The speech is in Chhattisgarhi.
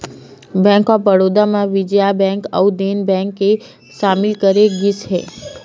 बेंक ऑफ बड़ौदा म विजया बेंक अउ देना बेंक ल सामिल करे गिस हे